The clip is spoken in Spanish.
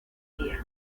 día